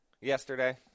Yesterday